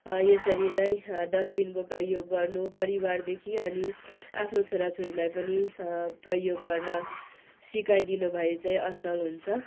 यसरी नै डस्टबिनको प्रयोग गर्नु परिवारदेखि अनि आफ्नो छोरा छोरीलाई पनि प्रयोग गर्न सिकाइदिनु भए चाहिँ असल हुन्छ